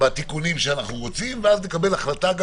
בתיקונים שאנחנו רוצים, ואז לקבל החלטה.